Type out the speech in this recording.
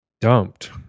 dumped